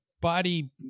body